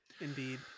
indeed